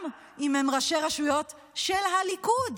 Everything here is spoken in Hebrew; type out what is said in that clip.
גם אם הם ראשי רשויות של הליכוד.